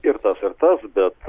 ir tas ir tas bet